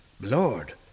Lord